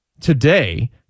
today